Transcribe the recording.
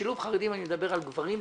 שילוב חרדים, אני מדבר על גברים ונשים.